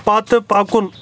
پتہٕ پکُن